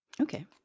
Okay